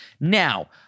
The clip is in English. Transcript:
Now